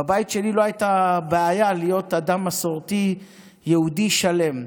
בבית שלי לא הייתה בעיה להיות אדם מסורתי יהודי שלם.